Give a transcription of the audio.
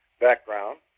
background